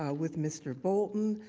ah with mr. bolton,